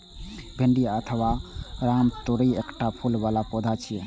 भिंडी अथवा रामतोरइ एकटा फूल बला पौधा छियै